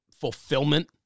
fulfillment